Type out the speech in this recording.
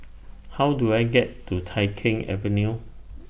How Do I get to Tai Keng Avenue